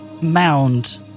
mound